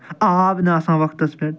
آب نہٕ آسان وقتَس پٮ۪ٹھ